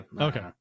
Okay